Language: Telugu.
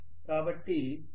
కాబట్టి నేను ఇక్కడ 1